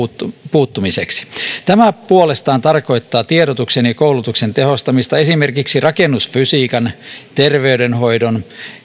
puuttumiseksi tämä puolestaan tarkoittaa tiedotuksen ja koulutuksen tehostamista esimerkiksi rakennusfysiikan terveydenhoidon